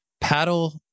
paddle